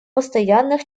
постоянных